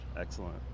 Excellent